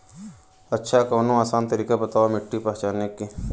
अच्छा कवनो आसान तरीका बतावा मिट्टी पहचाने की?